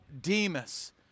Demas